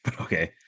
Okay